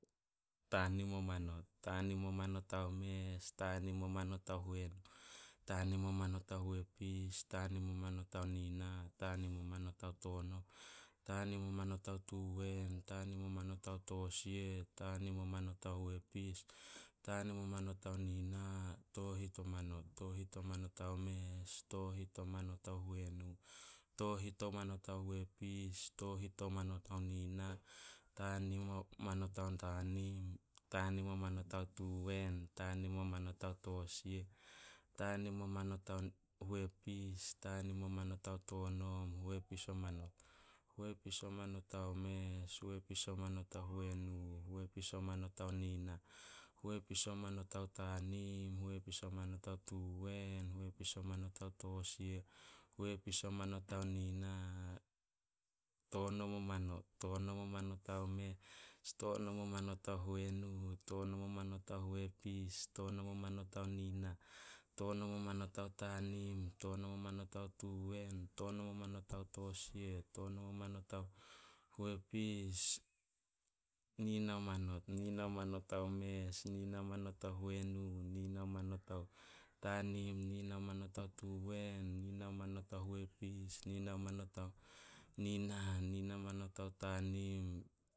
Tanim o manot. Tanim o manot ao mes, Tanim o manot ao huenu, Tanim o manot ao huepis, tanim o manot nina, Tanim o manot ao tonom, Tanim o manot ao tuwen, Tanim o manot ao tosia, Tanim o manot ao huepis, Tanim o manot ao nina, Tohit o manot. Tohit o manot ao mes, Tohit o manot ao huenu, Tohit o manot ao huepis, Tohit o manot ao nina, Tanim manot ao tuwen, Tanim manot ao tosia, Tanim o manot ao huepis, Tanim o manot ao tonom, Huepis o manot. Huepis o manot ao mes, Huepis o manot ao huenu, Huepis o manot ao nina, Huepis o manot ao tanim, Huepis o manot ao tuwen, Huepis o manot ao tosia, Huepis o manot ao nina, Tonom o manot. Tonom o manot ao mes, Tonom o manot ao huenu, Tonom o manot ao huepis, Tonom o manot ao nina, Tonom o manot ao tanim, Tonom o manot ao tuwen, Tonom o manot ao tosia, Tonom o manot ao huepis, Nina o manot. Nina o manot ao mes, Nina o manot ao huenu, Nina o manot ao tanim, Nina o manot ao tuwen, Nina o manot ao huepis, Nina o manot ao nina, Nina o manot ao tanim,